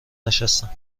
نشستم